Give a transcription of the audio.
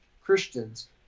Christians